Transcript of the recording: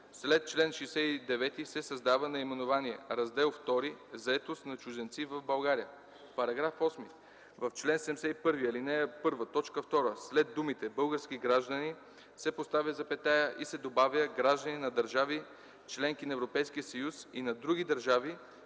След чл. 69 се създава наименование „Раздел ІІ – Заетост на чужденци в България”. § 8. В чл. 71, ал. 1, т. 2 след думите „български граждани” се поставя запетая и се добавя „граждани на държави – членки на Европейския съюз, на други държави